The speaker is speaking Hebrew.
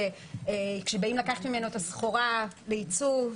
שכשבאים לקחת ממנו את הסחורה לייצוא,